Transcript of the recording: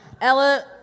Ella